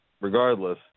regardless